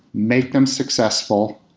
make them successful.